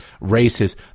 races